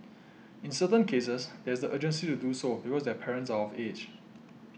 in certain cases there is the urgency to do so because their parents are of age